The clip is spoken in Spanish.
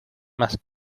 más